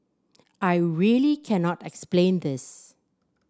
I really cannot explain this